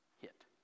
hit